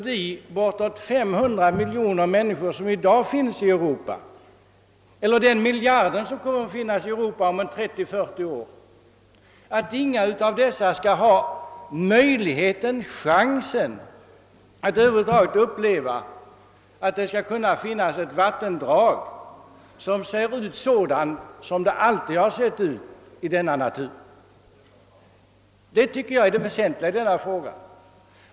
De bortåt 500 miljoner människor som i dag lever i Europa eller den miljard människor som kommer att finnas i Europa om 30—40 år får alltså inte någon möjlighet att över huvud taget uppleva ett vattendrag som ser ut som det alltid har sett ut i naturen. Detta är enligt min uppfattning det väsentliga i frågan.